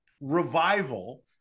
revival